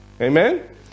Amen